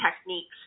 techniques